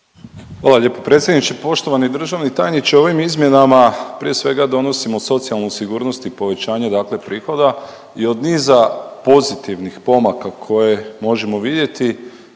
Hvala lijepo predsjedniče. Poštovani državni tajniče ovim izmjenama prije svega donosimo socijalnu sigurnost i povećanje dakle prihoda i od niza pozitivnih pomaka koje možemo vidjeti,